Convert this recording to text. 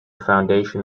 foundation